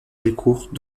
delcourt